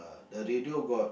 the radio got